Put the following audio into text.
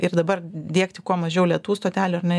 ir dabar diegti kuo mažiau lėtų stotelių ar ne